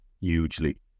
hugely